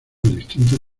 distintos